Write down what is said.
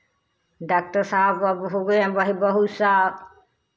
doctor साहब अब हो गए हैं भाई बहुत सा